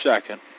second